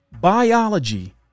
Biology